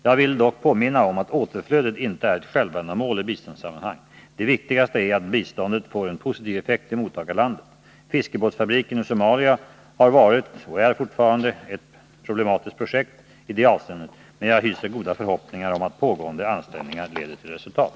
Jag vill dock påminna om att återflödet inte är ett självändamål i biståndssammanhang. Det viktigaste är att biståndet får en positiv effekt i mottagarlandet. Fiskebåtsfabriken i Somalia har varit och är fortfarande ett problematiskt projekt i det avseendet, men jag hyser goda förhoppningar om att pågående ansträngningar leder till resultat.